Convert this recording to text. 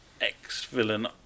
ex-villain